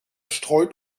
streut